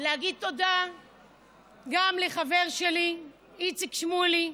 להגיד תודה גם לחבר שלי איציק שמולי,